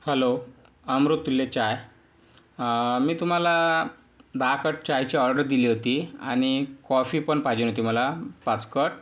hello Amruttulya चाय मी तुम्हाला दहा कट चायची ऑर्डर दिली होती आणि कॉफी पण पाहिजेन होती मला पाच कट